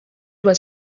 was